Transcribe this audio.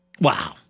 Wow